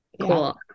cool